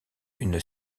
une